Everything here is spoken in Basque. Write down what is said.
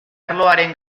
arloaren